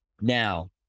Now